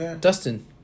Dustin